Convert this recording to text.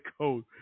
code